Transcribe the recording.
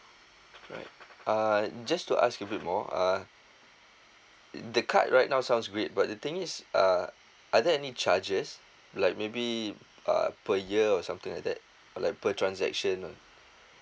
right uh just to ask a bit more uh the card right now sounds great but the thing is uh are there any charges like maybe uh per year or something like that like per transaction on